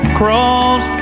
cross